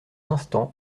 instant